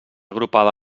agrupada